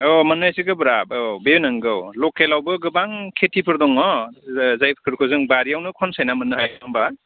औ माने एसे गोब्राब औ बे नंगौ लकेलावबो गोबां खेतिफोर दङ जायफोरखो जों बारियावनो खनसायना मोननो हायो नङा होनबा